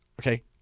Okay